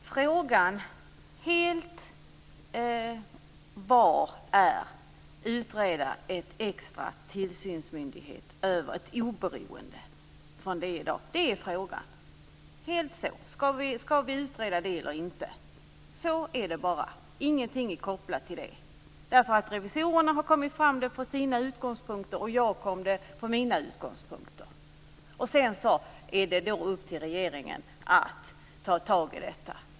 Herr talman! Frågan är om vi ska utreda en extra, oberoende tillsynsmyndighet över den som finns i dag. Så är det bara. Revisorerna har utifrån sina utgångspunkter kommit fram till att vi bör göra det, och jag har gjort det utifrån mina utgångspunkter. Sedan är det upp till regeringen att ta tag i detta.